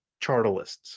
chartalists